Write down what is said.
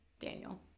Daniel